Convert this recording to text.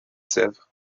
sèvres